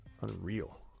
Unreal